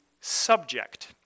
subject